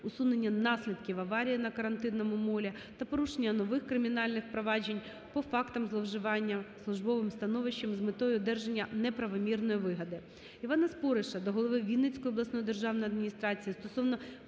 усунення наслідків аварії на Карантинному молі та порушення нових кримінальних проваджень по фактам зловживання службовим становищем з метою одержання неправомірної вигоди.